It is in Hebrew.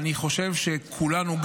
אני חושב שכולנו,